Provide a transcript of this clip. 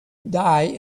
die